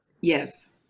Yes